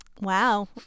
Wow